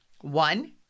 One